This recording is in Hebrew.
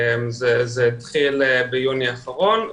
זה התחיל ביוני האחרון,